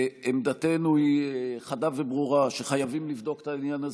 עמדתנו היא חדה וברורה: שחייבים לבדוק את העניין הזה.